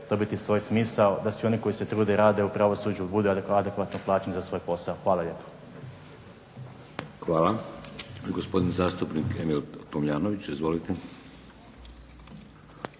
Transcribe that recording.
dobiti svoj smisao, da svi oni koji se trude i rade u pravosuđu bude adekvatno plaćen za svoj posao. Hvala lijepo. **Šeks, Vladimir (HDZ)** Hvala. Gospodin zastupnik Emil Tomljanović. Izvolite.